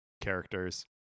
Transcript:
characters